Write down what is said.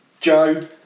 Joe